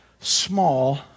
small